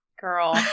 Girl